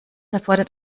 erfordert